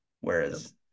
Whereas